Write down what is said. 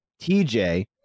TJ